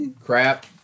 Crap